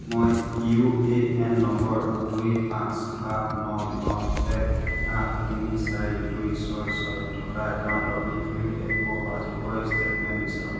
মই UAN number দুই পাঁচ সাত ন ন এক আঠ তিনি চাৰি দুই ছয় ছয় থকা একাউণ্টৰ ইপিইউএফঅ' পাছবুকৰ ষ্টেটমেণ্ট বিচাৰোঁ